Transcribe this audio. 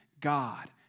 God